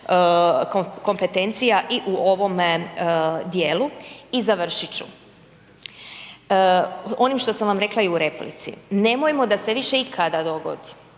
kompetencija i u ovome dijelu. I završit ću. Onim što sam vam rekla i u replici. Nemojmo da se više ikada dogodi